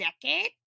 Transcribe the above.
decade